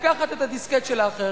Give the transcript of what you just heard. לקחת את הדיסקט של האחר,